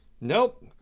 nope